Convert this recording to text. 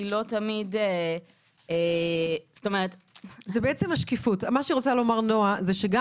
כי לא תמיד --- מה שנועה רוצה לומר זה שגם